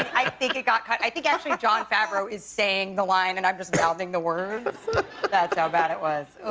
i think it got cut. i think actually jon favreau is saying the line, and i'm just mouthing the words. that's how bad it was.